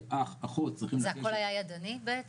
אח, אחות, צריכים לראות -- זה הכל היה ידני בעצם?